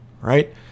right